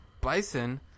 Bison